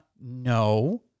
no